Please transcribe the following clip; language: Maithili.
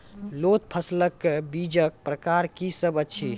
लोत फसलक बीजक प्रकार की सब अछि?